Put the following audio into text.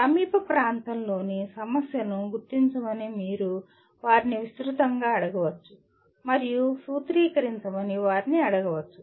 సమీప ప్రాంతంలోని సమస్యను గుర్తించమని మీరు వారిని విస్తృతంగా అడగవచ్చు మరియు సూత్రీకరించమని వారిని అడగవచ్చు